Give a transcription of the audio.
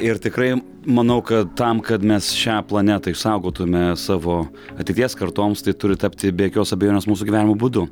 ir tikrai manau kad tam kad mes šią planetą išsaugotumėme savo ateities kartoms tai turi tapti be jokios abejonės mūsų gyvenimo būdu